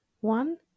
one